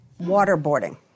Waterboarding